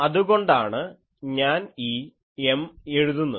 അതുകൊണ്ടാണ് ഞാൻ ഈ M എഴുതുന്നത്